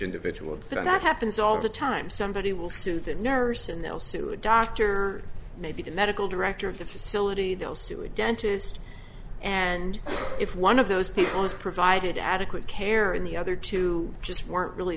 individual that happens all the time somebody will sue the nurse and they'll sue a doctor maybe the medical director of the facility they'll sue a dentist and if one of those people is provided adequate care and the other two just weren't really